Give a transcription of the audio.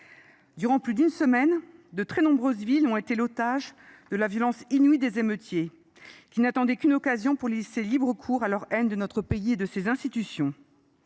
Durant plus d’une semaine, de très nombreuses villes ont été otages de la violence inouïe des émeutiers, qui n’attendaient qu’une occasion pour laisser libre cours à leur haine de notre pays et de ses institutions.